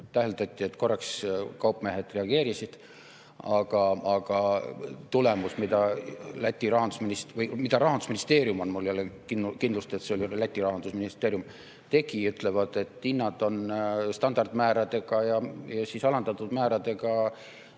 täheldati, et korraks kaupmehed reageerisid. Aga tulemus, mida Läti rahandusministeerium – mul ei ole kindlust, et see oli Läti rahandusministeerium – [leidis], ütleb, et hinnad on standardmääradega ja alandatud määradega